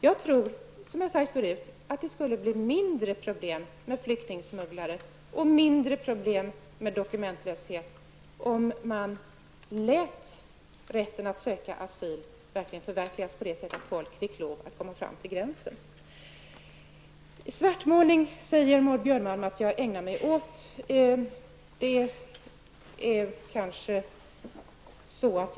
Som jag har sagt förrut tror jag att det skulle bli mindre problem med flyktingsmugglare och dokumentlöshet, om man lät rätten att söka asyl förverkligas på det sättet att folk fick lov att komma fram till gränsen. Maud Björnemalm sade att jag ägnade mig åt svartmålning.